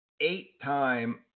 eight-time